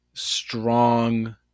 strong